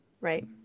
right